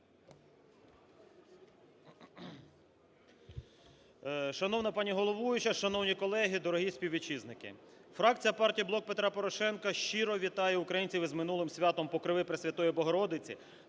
Шановна пані головуюча, шановні колеги, дорогі співвітчизники, фракція партії "Блок Петра Порошенка" щиро вітає українців з минулим святом Покрови Пресвятої Богородиці